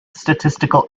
statistical